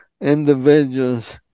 individuals